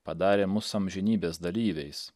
padarė mus amžinybės dalyviais